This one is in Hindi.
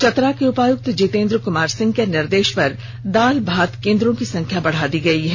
चतरा के उपायुक्त जितेंद्र कुमार सिंह के निर्देश पर दाल भात केंद्रों की संख्या बढ़ा दी गयी है